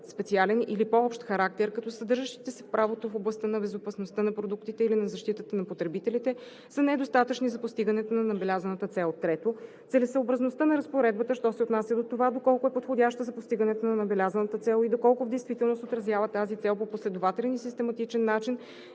специален или по-общ характер, като съдържащите се в правото в областта на безопасността на продуктите или на защитата на потребителите, са недостатъчни за постигането на набелязаната цел; 3. целесъобразността на разпоредбата, що се отнася до това доколко е подходяща за постигането на набелязаната цел и доколко в действителност отразява тази цел по последователен и систематичен начин